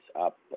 up